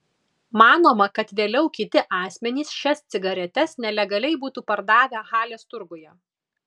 manoma kad vėliau kiti asmenys šias cigaretes nelegaliai būtų pardavę halės turguje